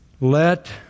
Let